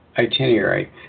itinerary